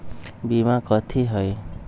बीमा कथी है?